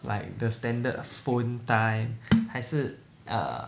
like the standard phone time 还是 err